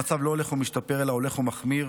המצב לא הולך ומשתפר אלא הולך ומחמיר,